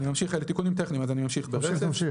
אלה תיקונים טכניים אז אני ממשיך ברצף.